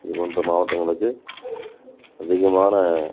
இதுப் போன்ற மாவட்டங்களுக்கு அதிகமான